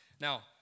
Now